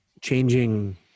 changing